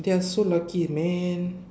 they're so lucky man